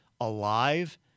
alive